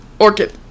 orchid